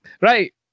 Right